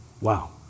Wow